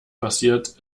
passiert